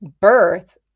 birth